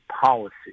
policy